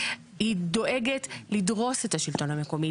היא דואגת לדרוס את השלטון המקומי.